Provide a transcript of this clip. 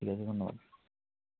ঠিক আছে ধন্যবাদ